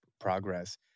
progress